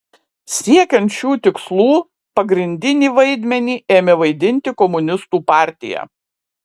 siekiant šių tikslų pagrindinį vaidmenį ėmė vaidinti komunistų partija